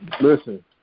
Listen